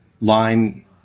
line